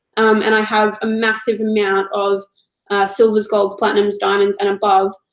and i have a massive amount of silvers, golds, platinums, diamonds, and above.